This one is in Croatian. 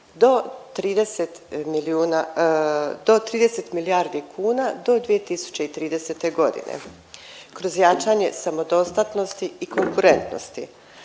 do 30 milijardi kuna do 2030. godine kroz jačanje samodostatnosti i konkurentnosti.